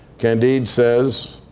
candide says,